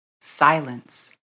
silence